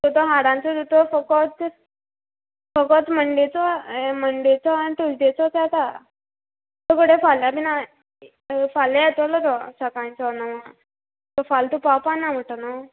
तो हाडांचो दोतोर फोकत फोकत मंडेचो मंडेचो आनी टूजडेचोच येता तूं तेका फाल्या बीन हाड फाल्या योतोलो तो सकाळो नोवांक फाल्या तूं पावपाना म्हूणटा न्हू